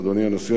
אדוני הנשיא,